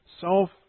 self